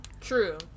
true